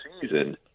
season